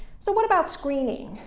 so what about screening,